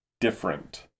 different